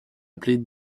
appelée